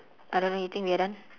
I don't know you think we are done